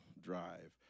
drive